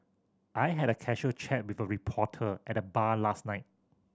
I had a casual chat with a reporter at the bar last night